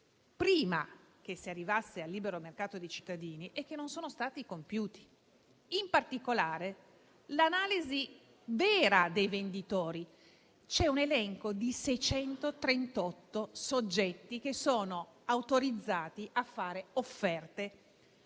prima di arrivare al libero mercato per i cittadini, che non sono stati compiuti. In particolare, una vera analisi dei venditori: c'è un elenco di 638 soggetti che sono autorizzati a fare offerte